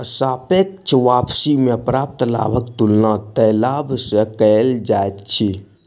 सापेक्ष वापसी में प्राप्त लाभक तुलना तय लाभ सॅ कएल जाइत अछि